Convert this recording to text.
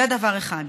זה דבר אחד.